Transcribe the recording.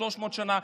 300 שנה?